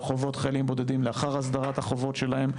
על חובות חיילים בודדים לאחר הסדרת החובות שלהם,